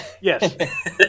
Yes